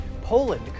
Poland